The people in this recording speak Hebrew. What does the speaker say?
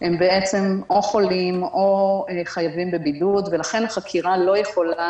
הם חולים או חייבים בבידוד ולכן החקירה לא יכולה